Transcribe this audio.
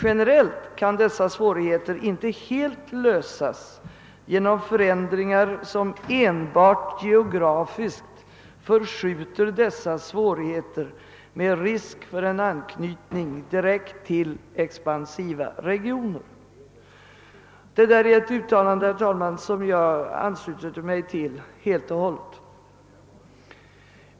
Generellt kan dessa svårigheter inte helt lösas genom förändringar som enbart geografiskt förskjuter dessa svårigheter med risk för en anknytning direkt till expansiva regioner.» Det är ett uttalande som jag helt och hållet ansluter mig till.